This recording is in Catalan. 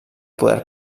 poder